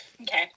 okay